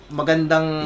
magandang